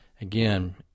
again